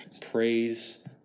Praise